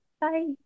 Bye